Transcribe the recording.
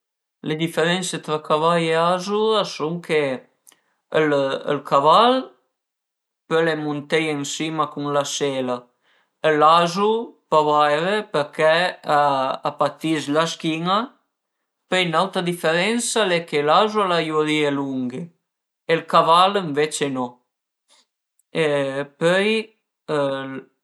Le diferense tra cavai e azu a sun chë ël caval pöle munteie ën sima cun la sèla, l'azu pa vaire përché a patis la schin-a, pöi n'autra diferensa l'e chë l'azu al a le urìe lunghe e ël caval ënvecce no e pöi